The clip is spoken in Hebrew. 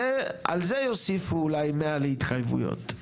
ועל זה יוסיפו אולי 100 להתחייבויות?